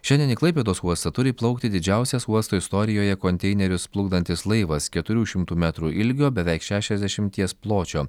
šiandien į klaipėdos uostą turi įplaukti didžiausias uosto istorijoje konteinerius plukdantis laivas keturių šimtų metrų ilgio beveik šešiasdešimties pločio